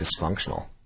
dysfunctional